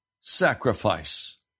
sacrifice